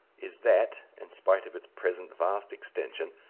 is that, in spite of its present vast extension,